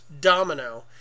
Domino